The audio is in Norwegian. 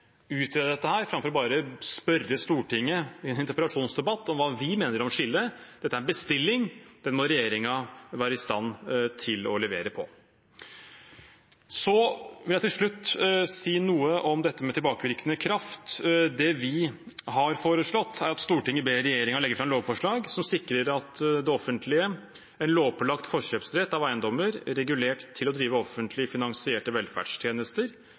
utrede dette framfor bare å spørre Stortinget i en interpellasjonsdebatt om hva vi mener om skillet. Dette er en bestilling. Den må regjeringen være i stand til å levere på. Så vil jeg til slutt si noe om dette med tilbakevirkende kraft. Det vi har foreslått, er at Stortinget ber regjeringen legge fram lovforslag som sikrer det offentlige en lovpålagt forkjøpsrett av eiendommer regulert til å drive offentlig finansierte velferdstjenester.